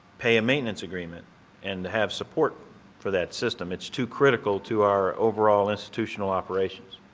pay a maintenance agreement and to have support for that system. it's too critical to our overall institutional operations.